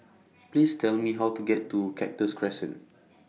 Please Tell Me How to get to Cactus Crescent